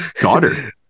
daughter